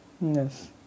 Yes